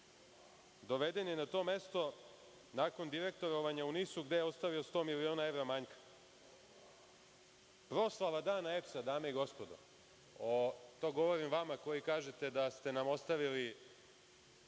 doveden je na to mesto nakon direktovanja u NIS-u, gde je ostavio 100 miliona evra manjka. Proslava dana EPS-a, dame i gospodo, to govorim vama koji kažete da ste nam ostavili